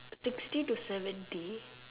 sixty to seventy